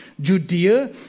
Judea